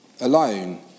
alone